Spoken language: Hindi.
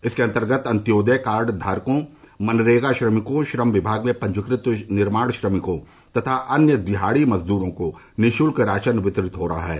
इसके अन्तर्गत अन्त्योदय कार्डधारकों मनरेगा श्रमिकों श्रम विभाग में पंजीकृत निर्माण श्रमिकों तथा अन्य दिहाड़ी मजदूरों को निःशुल्क राशन वितरित हो रहा है